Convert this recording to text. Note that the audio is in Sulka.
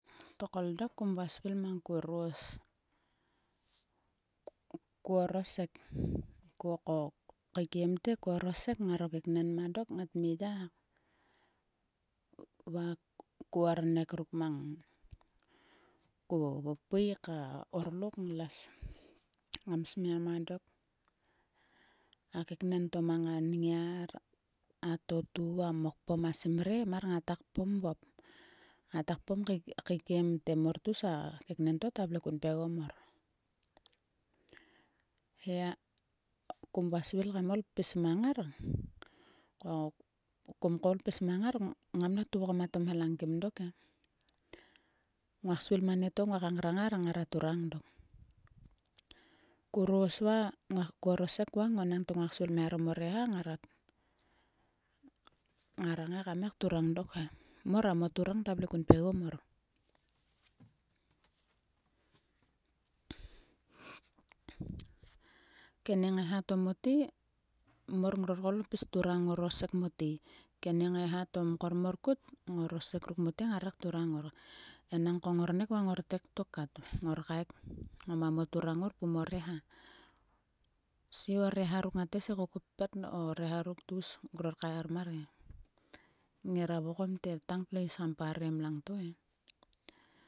Tokol dok kom vua svil mang ku ros. Ko orosek. Ko keikiem te. ko orosek ngaro keknen mang dok ngat mi ya hak. Ya ko ornek ruk mang ko pui ka orlok kles. Ngam smia mang dok. a keknen to mang anngiar a totu. a mokporn a simre ngata kporn vop. Ngata kponkeikiem te mor tgus a keknen to ta vle kun pgegommor. He kum vua svil kam ol kpis mang ngar. Nngam la tuvgoma tomhelang kim doke. Nguak svil ma nieto. nguaka ngarang ngar ngara turang dok. Ko ros va. ko orosek va enang te nguak svil kmeharom o reha. ngara ngai kam ngai kturang dok he. Mor a moturang ta vle kun pgegom mor. Keni ngaiha to mote. mor ngor koul pis turang ngorosek ruk mote ngare kturang ngor. Enangko ngornek va ngortek tok kat ngor kaek. Ngomo moturang pum o reha. ruk mgat mgai si kokopet nangko o reha ruk tgus ngror kaeharmar ge. Ngira vokom te tang tlo is kam parem langto e.